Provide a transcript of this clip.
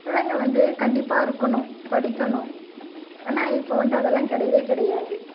புள்ளைங்க வந்து கண்டிப்பா இருக்கணும் படிக்கணும் ஆனால் இப்போ வந்து அதெல்லாம் கிடையவே கிடையாது